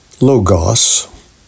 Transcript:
logos